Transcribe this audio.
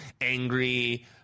angry